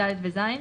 (ד) ו-(ז),